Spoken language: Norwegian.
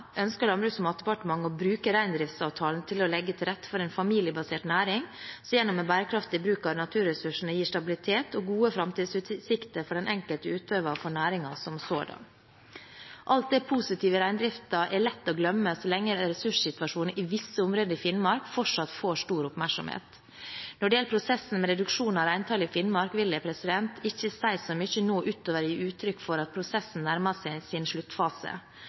ønsker Landbruks- og matdepartementet å bruke reindriftsavtalen til å legge til rette for en familiebasert næring som gjennom en bærekraftig bruk av naturressursene gir stabilitet og gode framtidsutsikter for den enkelte utøver og for næringen som sådan. Alt det positive i reindriften er lett å glemme, så lenge ressurssituasjonen i visse områder i Finnmark fortsatt får stor oppmerksomhet. Når det gjelder prosessen om reduksjon av reintallet i Finnmark, vil jeg ikke si så mye nå, utover å gi uttrykk for at prosessen nærmer seg sin sluttfase,